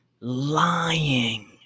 lying